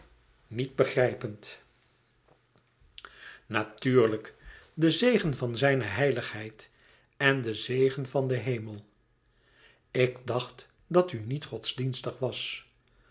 niet begrijpend natuurlijk de zegen van zijne heiligheid en de zegen van den hemel ik dacht dat u niet godsdienstig was